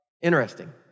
interesting